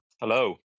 Hello